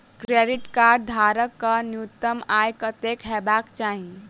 Credit card धारक कऽ न्यूनतम आय कत्तेक हेबाक चाहि?